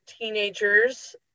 teenagers